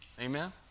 Amen